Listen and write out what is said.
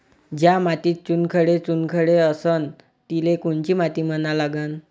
ज्या मातीत चुनखडे चुनखडे असन तिले कोनची माती म्हना लागन?